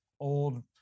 old